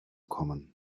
kommen